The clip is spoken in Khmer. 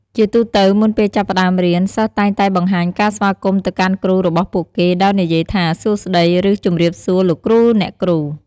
ជាទូទៅ មុនពេលចាប់ផ្ដើមរៀន សិស្សតែងតែបង្ហាញការស្វាគមន៍ទៅកាន់គ្រូរបស់ពួកគេ ដោយនិយាយថា សួស្ដី ឬ ជម្រាបសួរ លោកគ្រូ អ្នកគ្រូ។